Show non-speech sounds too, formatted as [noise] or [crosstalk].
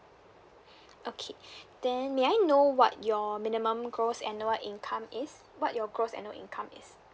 okay [breath] then may I know what your minimum gross annual income is what your gross annual income is